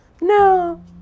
No